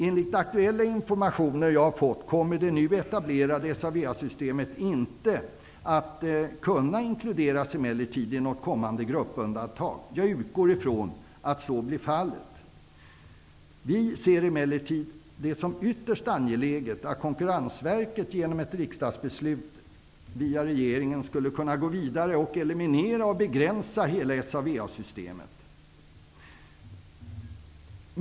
Enligt aktuella informationer som jag har fått kommer det nu etablerade SA VA-systemet.